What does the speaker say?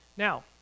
Now